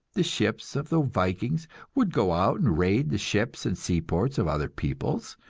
the ships of the vikings would go out and raid the ships and seaports of other peoples,